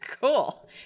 Cool